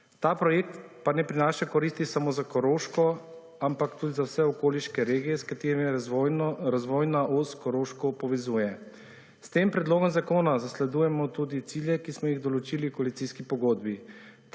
Ta projekt pa ne prinaša koristi samo za Koroško, temveč tudi za vse okoliške regije, s katerimi razvojna os Koroško povezuje. S tem predlogom zakona zasledujemo tudi cilje, ki smo jih določili v koalicijski pogodbi.